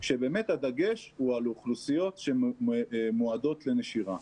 כשבאמת הדגש הוא על אוכלוסיות שמועדות לנשירה.